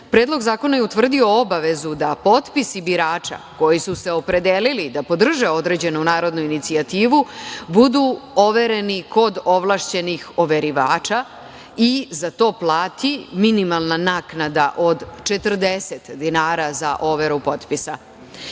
Predlog zakona je utvrdio obavezu da potpisi birača koji su se opredelili da podrže određenu narodnu inicijativu budu overeni kod ovlašćenih overivača i za to plati minimalna naknada od 40 dinara za overu potpisa. Kako